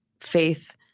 faith